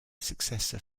successor